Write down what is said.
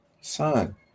Son